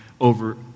over